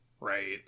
right